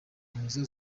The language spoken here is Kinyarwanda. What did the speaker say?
remezo